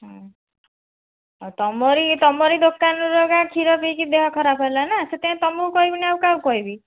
ହଁ ଆଉ ତମରି ତମରି ଦୋକାନରୁ ଏକା କ୍ଷୀର ପିଇକି ଦେହ ଖରାପ ହେଲାନା ସେଥିପାଇଁ ତମକୁ କହିବିନି ଆଉ କାହାକୁ କହିବି